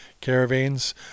caravans